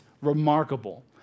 remarkable